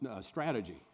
strategy